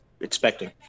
expecting